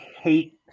hate